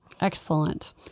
Excellent